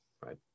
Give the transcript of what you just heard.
right